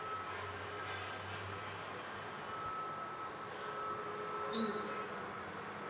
mm